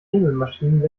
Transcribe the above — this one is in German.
nebelmaschinen